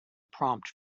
prompt